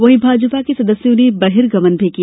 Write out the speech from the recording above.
वहीं भाजपा के सदस्यों ने बहिर्गमन भी किया